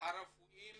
הרפואיים